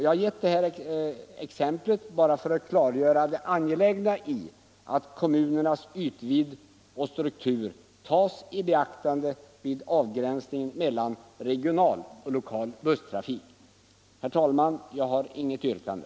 Jag har givit detta exempel för att klargöra det angelägna i att kommunernas ytvidd och struktur tas i beaktande vid avgränsningen mellan regional och lokal busstrafik. Herr talman! Jag har inget yrkande.